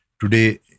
Today